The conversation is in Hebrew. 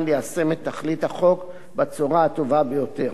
ליישם את תכלית החוק בצורה הטובה ביותר.